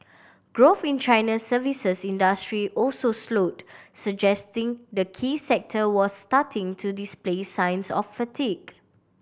growth in China's services industry also slowed suggesting the key sector was starting to display signs of fatigue